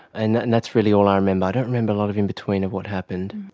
and and that's really all i remember. i don't remember a lot of in-between of what happened.